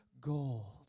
gold